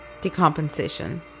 decompensation